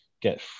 get